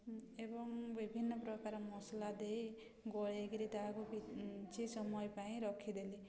ଏବଂ ବିଭିନ୍ନ ପ୍ରକାର ମସଲା ଦେଇ ଗୋଳେଇକି ତାହାକୁ ସମୟ ପାଇଁ ରଖିଦେଲି